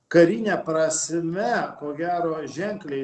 karine prasme ko gero ženkliai